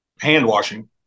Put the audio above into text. hand-washing